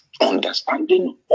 Understanding